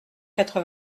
quatre